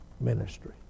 ministry